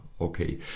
okay